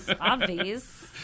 Obvious